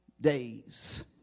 Days